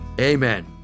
Amen